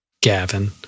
Gavin